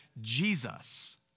Jesus